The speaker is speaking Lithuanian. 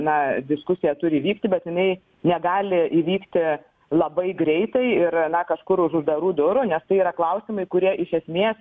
na diskusija turi įvykti bet jinai negali įvykti labai greitai ir na kažkur už uždarų durų nes tai yra klausimai kurie iš esmės